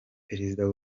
perezida